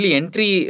entry